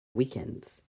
weekends